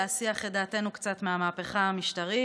להסיח את דעתנו קצת מהמהפכה המשטרית.